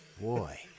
Boy